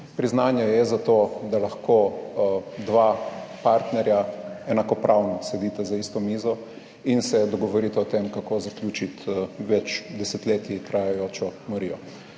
Priznanje je za to, da lahko dva partnerja enakopravno sedita za isto mizo in se dogovorita o tem, kako zaključiti več desetletij trajajočo morijo.